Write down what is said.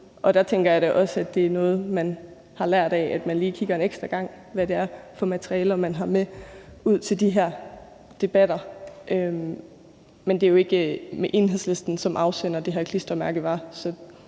Der tænker jeg da også, at det er noget, man har lært af, og at man lige kigger en ekstra gang på, hvad det er for materialer, man har med ud til de her debatter. Men det var jo ikke Enhedslisten, som var afsender af det her klistermærke.